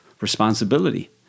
responsibility